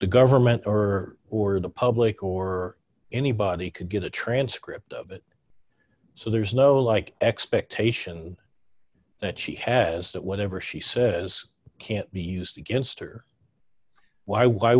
the government or or the public or anybody could get a transcript of it so there's no like expectation that she has that whatever she says can't be used against her why why